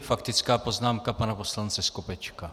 Faktická poznámka pana poslance Skopečka.